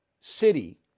City